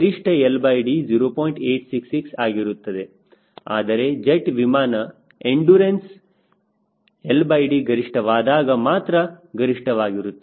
866 ಆಗಿರುತ್ತದೆ ಆದರೆ ಜೆಟ್ ವಿಮಾನ ಎಂಡುರನ್ಸ್ LD ಗರಿಷ್ಠವಾದಾಗ ಮಾತ್ರ ಗರಿಷ್ಠವಾಗಿರುತ್ತದೆ